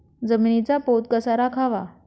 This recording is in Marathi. जमिनीचा पोत कसा राखावा?